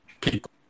people